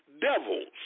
devils